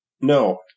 No